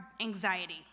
anxiety